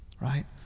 right